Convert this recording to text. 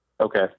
Okay